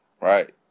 Right